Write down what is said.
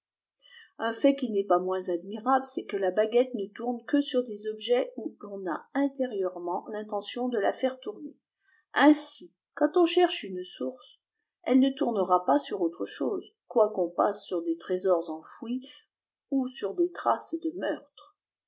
un fait qui n'est pas moins admirable c'est que la baguette ne tourne que sur des objets où l'on a intérieurement l'intention de la faire tourner ainsi quand on cherche une source elle ne tournera pas sur autre chose quoiqu'on passe sur des trésors enfouis ou sur des traces de meurtre